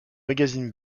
magazine